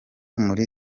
muri